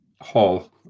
Hall